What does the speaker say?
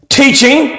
teaching